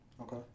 Okay